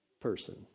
person